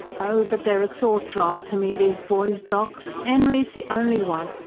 oh! but they're a sore trial to me, these boys, doc. enry's the only one.